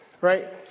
right